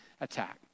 attack